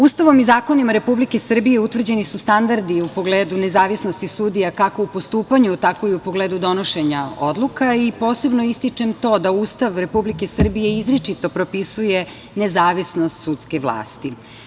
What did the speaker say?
Ustavom i zakonima Republike Srbije utvrđeni su standardi u pogledu nezavisnosti sudija kako u postupanju, tako i u pogledu donošenja odluka i posebno ističem to da Ustav Republike Srbije izričito propisuje nezavisnost sudske vlasti.